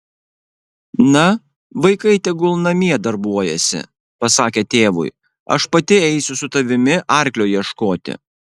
na vaikai tegul namie darbuojasi pasakė tėvui aš pati eisiu su tavimi arklio ieškoti